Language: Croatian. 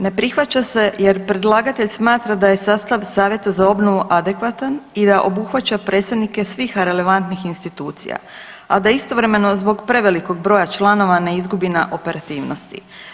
Ne prihvaća se jer predlagatelj smatra da je sastav savjeta za obnovu adekvatan i da obuhvaća predstavnike svih relevantnih institucija, a da istovremeno zbog prevelikog broja članova ne izgubi na operativnosti.